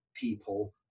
People